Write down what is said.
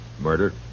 Murder